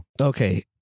okay